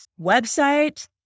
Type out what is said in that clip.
Website